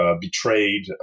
betrayed